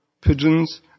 pigeons